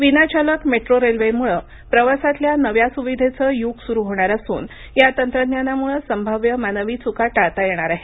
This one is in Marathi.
विनाचालक मेट्रो रेल्वेमुळं प्रवासातल्या नव्या सुविधेचं युग सुरू होणार असून या तंत्रज्ञानामुळं संभाव्य मानवी चुका टाळता येणार आहेत